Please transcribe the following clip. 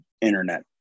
internet